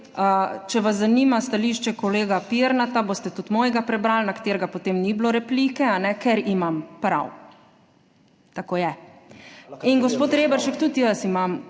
Če vas zanima stališče kolega Pirnata, boste tudi mojega prebrali, na katero potem ni bilo replike, ker imam prav. Tako je. In gospod Reberšek, tudi jaz imam